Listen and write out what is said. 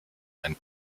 ein